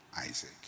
Isaac